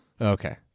Okay